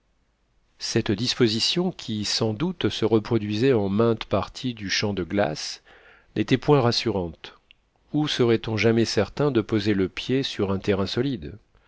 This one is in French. cette disposition qui sans doute se reproduisait en mainte partie du champ de glace n'était point rassurante où serait-on jamais certain de poser le pied sur un terrain solide